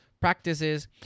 practices